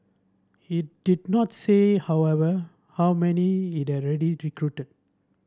it did not say however how many it had already recruited